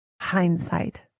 hindsight